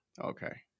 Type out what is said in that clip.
okay